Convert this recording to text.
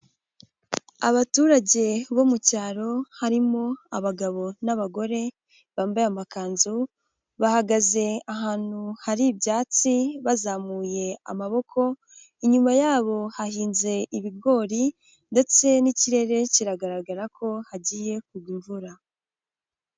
Abaturage bo mu cyaro harimo abagabo n'abagore bambaye amakanzu, bahagaze ahantu hari ibyatsi bazamuye amaboko, inyuma yabo hahinze ibigori ndetse n'ikirere kiragaragara ko hagiye kugwa imvura.